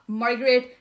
margaret